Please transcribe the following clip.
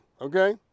okay